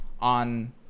on